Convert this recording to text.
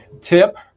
tip